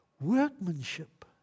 workmanship